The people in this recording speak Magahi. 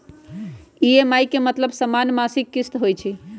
ई.एम.आई के मतलब समान मासिक किस्त होहई?